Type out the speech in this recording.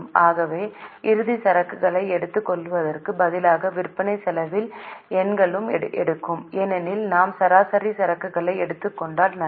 ஆகவே இறுதி சரக்குகளை எடுத்துக் கொள்வதற்கு பதிலாக விற்பனை செலவில் எண்களும் எடுக்கும் ஏனெனில் நாம் சராசரி சரக்குகளை எடுத்துக் கொண்டால் நல்லது